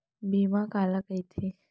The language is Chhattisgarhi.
बीमा काला कइथे?